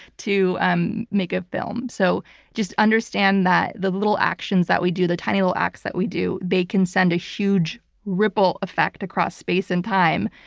to um make a film. so just understand that the little actions that we do, the tiny little acts that we do, they can send a huge ripple effect across space and time.